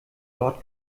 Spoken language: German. dort